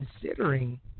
considering